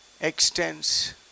extends